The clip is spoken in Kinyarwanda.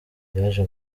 yaje